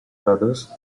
brothers